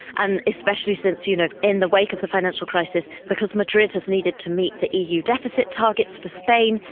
and especially since you know in the wake of the financial crisis because madrid has needed to meet the eu deficit targets for spain,